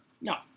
No